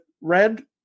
red